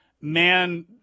Man